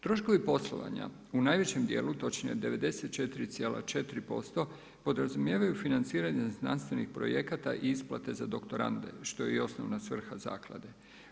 Troškovi poslovanja u najvećem dijelu, točnije 94,4% podrazumijevanje financiranje znanstvenih projekata i isplate za doktorande što je i osnovna svrha zaklade.